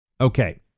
Okay